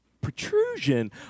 protrusion